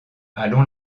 allons